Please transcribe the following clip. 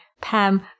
Pam